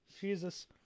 jesus